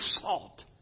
salt